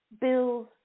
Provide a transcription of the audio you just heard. bills